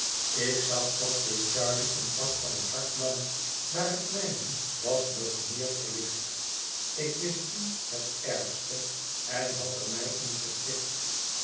ik zag dat dit charley een pak van het hart nam maar het mijne was nog meer verlicht ik wist nu het ergste en had er mij in geschikt